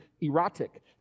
erotic